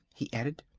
he added,